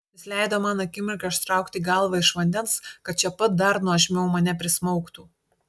jis leido man akimirką ištraukti galvą iš vandens kad čia pat dar nuožmiau mane prismaugtų